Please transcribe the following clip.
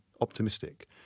optimistic